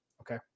okay